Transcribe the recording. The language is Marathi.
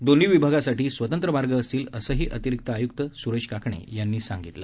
दोन्ही विभागासाठी स्वतंत्र मार्ग असतील असंही अतिरिक्त आय्क्त स्रेश काकाणी यांनी सांगितले